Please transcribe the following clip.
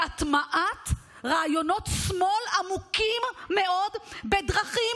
זה הטמעת רעיונות שמאל עמוקים מאוד בדרכים